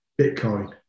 Bitcoin